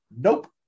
nope